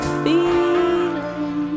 feeling